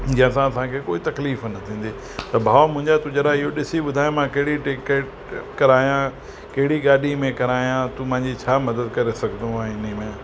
जंहिंसां असांखे कोई तकलीफ़ न थींदी त भाऊ तूं मुंहिंजा ज़रा ॾिसी ॿुधाए मां कहिड़ी टिकिट करायां कहिड़ी गाॾी में करायां तूं मुंहिंजी छा मदद करे सघंदो आहीं इन में